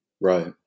Right